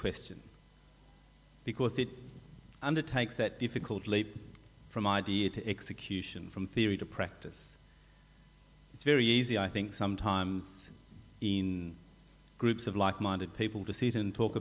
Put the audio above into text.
question because it undertakes that difficult leap from idea to execution from theory to practice it's very easy i think sometimes in groups of like minded people to sit and talk